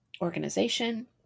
organization